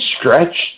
stretch